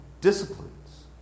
disciplines